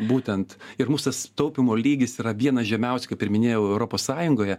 būtent ir mūsų tas taupymo lygis yra vienas žemiausių kaip ir minėjau europos sąjungoje